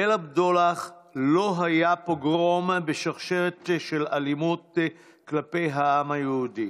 ליל הבדולח לא היה עוד פוגרום בשרשרת של אלימות כלפי העם היהודי